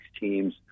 team's